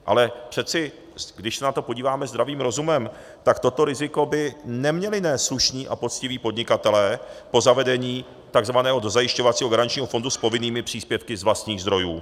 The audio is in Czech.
Ale přeci když se na to podíváme zdravým rozumem, tak toto riziko by neměli nést slušní a poctiví podnikatelé po zavedení takzvaného dozajišťovacího garančního fondu s povinnými příspěvky z vlastních zdrojů.